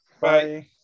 Bye